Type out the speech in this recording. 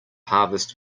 harvest